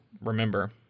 remember